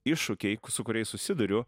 iššūkiai su kuriais susiduriu